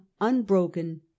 unbroken